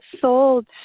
sold